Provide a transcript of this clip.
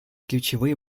ключевые